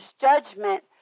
judgment